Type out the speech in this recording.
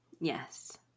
Yes